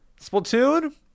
Splatoon